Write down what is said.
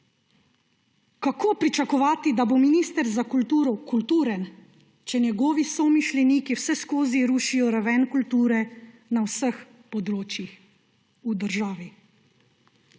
Kako pričakovati, da bo minister za kulturo kulturen, če njegovi somišljeniki vseskozi rušijo raven kulture na vseh področjih v državi?